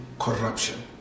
corruption